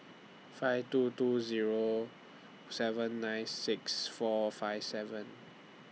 five two two Zero seven nine six four five seven